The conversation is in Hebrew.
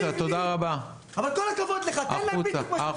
אבל כל הכבוד לך תן להם בדיוק מה שהם רוצים.